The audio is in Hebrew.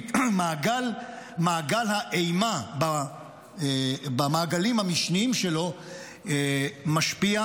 מעגל האימה במעגלים המשניים שלו משפיעים